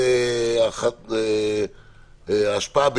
רמת-גן גם ממתינה.